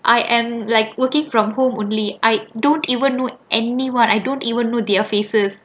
I am like working from home only I don't even know anyone I don't even know their faces